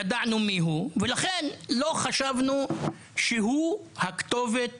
ידענו מי הוא ולכן לא חשבנו שהוא הכתובת